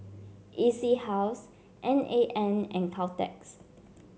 E C House N A N and Caltex